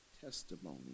testimony